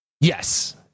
Yes